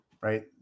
right